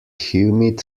humid